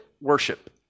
worship